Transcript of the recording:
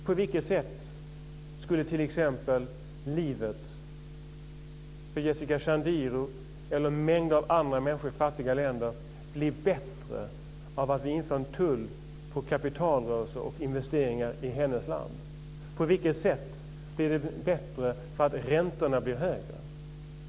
På vilket sätt skulle livet för Jessica Chandirus och andra människor i fattiga länder bli bättre om man inför tull på kapitalrörelser och investeringar i deras länder? På vilket blir det bättre om räntorna blir högre?